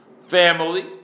family